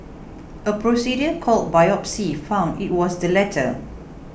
a procedure called biopsy found it was the latter